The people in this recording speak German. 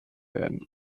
werden